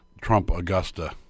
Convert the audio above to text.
Trump-Augusta